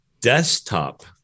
desktop